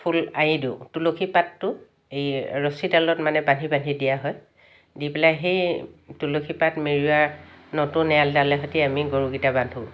ফুল আৰি দিওঁ তুলসী পাতটো এই ৰছীডালত মানে বান্ধি বান্ধি দিয়া হয় দি পেলাই সেই তুলসী পাত মেৰুওৱা নতুন এৰালডালে সতি আমি গৰুকেইটা বান্ধোঁ